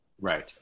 Right